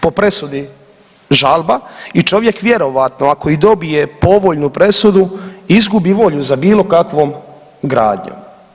Po presudi žalba i čovjek vjerovatno, ako i dobije povoljnu presudu, izgubi volju za bilo kakvom gradnjom.